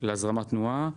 להזרמת תנועה,